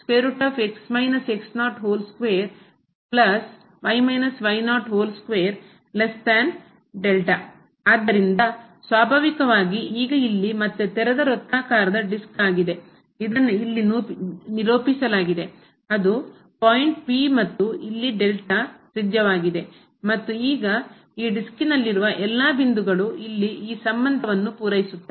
ಆದ್ದರಿಂದ ಇಲ್ಲಿ ಆದ್ದರಿಂದ ಸ್ವಾಭಾವಿಕವಾಗಿ ಈಗ ಇಲ್ಲಿ ಮತ್ತೆ ತೆರೆದ ವೃತ್ತಾಕಾರದ ಡಿಸ್ಕ್ ಆಗಿದೆ ಇದನ್ನು ಇಲ್ಲಿ ನಿರೂಪಿಸಲಾಗಿದೆ ಅದು ಪಾಯಿಂಟ್ P ಮತ್ತು ಇಲ್ಲಿ ತ್ರಿಜ್ಯವಾಗಿದೆ ಮತ್ತು ಈಗ ಈ ಡಿಸ್ಕ್ನಲ್ಲಿರುವ ಎಲ್ಲಾ ಬಿಂದುಗಳು ಇಲ್ಲಿ ಈ ಸಂಬಂಧವನ್ನು ಪೂರೈಸುತ್ತವೆ